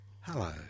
Hello